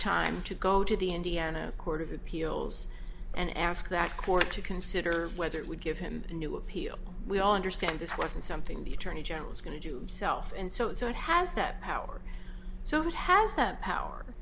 time to go to the indiana court of appeals and ask that court to consider whether it would give him a new appeal we all understand this wasn't something the attorney general is going to do self and so it has that power so it has that power